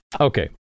Okay